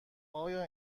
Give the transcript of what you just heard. آیا